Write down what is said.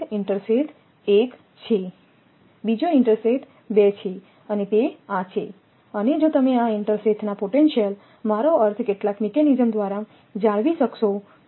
આ એક ઇન્ટરસેથ 1 છે બીજો ઇન્ટરસેથ 2 છે અને તે આ છે અને જો તમે આ ઇન્ટરસેથના પોટેન્શિયલ મારો અર્થ કેટલાક મિકેનિઝમ દ્વારા જાળવી શકશો